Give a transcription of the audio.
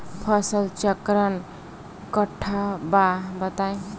फसल चक्रण कट्ठा बा बताई?